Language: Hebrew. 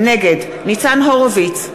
נגד ניצן הורוביץ,